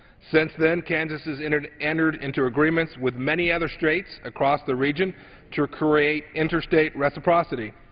since then kansas has entered entered into agreements with many other states across the region to create interstate reciprocity.